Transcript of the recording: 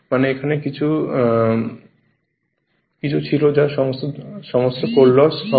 মানে এখানে যা কিছু ছিল তা সমস্ত কোর লস হবে